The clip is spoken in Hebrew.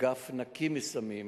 אגף נקי מסמים,